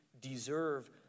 deserve